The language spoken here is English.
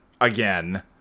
again